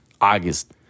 August